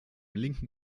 linken